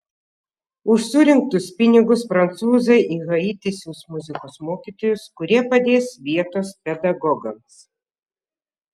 už surinktus pinigus prancūzai į haitį siųs muzikos mokytojus kurie padės vietos pedagogams